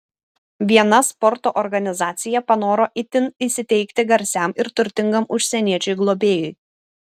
viena sporto organizacija panoro itin įsiteikti garsiam ir turtingam užsieniečiui globėjui